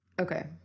Okay